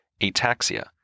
ataxia